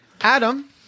Adam